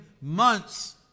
months